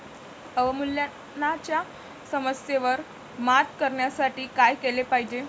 अवमूल्यनाच्या समस्येवर मात करण्यासाठी काय केले पाहिजे?